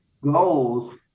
goals